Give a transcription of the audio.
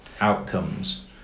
outcomes